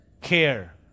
care